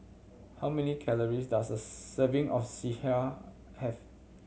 how many calories does a serving of sireh have